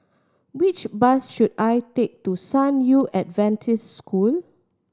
which bus should I take to San Yu Adventist School